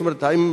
זאת אומרת, האם